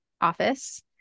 office